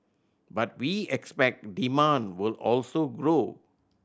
but we expect demand will also grow